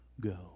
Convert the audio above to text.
Go